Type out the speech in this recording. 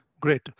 Great